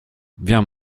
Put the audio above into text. viens